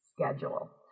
schedule